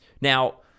now